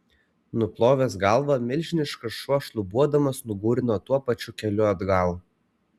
nuplovęs galvą milžiniškas šuo šlubuodamas nugūrino tuo pačiu keliu atgal